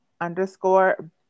underscore